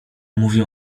mówię